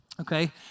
okay